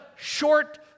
Short